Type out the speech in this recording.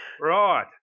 Right